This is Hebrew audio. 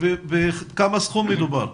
באיזה סכום מדובר?